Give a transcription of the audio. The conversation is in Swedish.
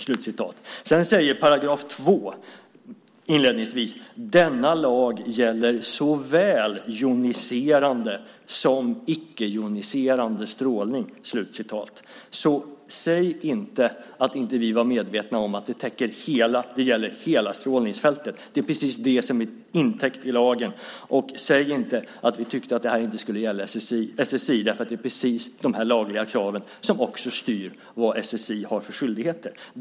Sedan säger § 2 inledningsvis: "Lagen gäller såväl joniserande som icke-joniserande strålning." Säg inte att vi inte var medvetna om att det gäller hela strålningsfältet! Det är precis det som täcks av lagen. Säg inte att vi tyckte att detta inte skulle gälla SSI! Det är just de här lagliga kraven som styr vad SSI har för skyldigheter.